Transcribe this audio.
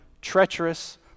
treacherous